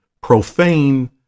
profane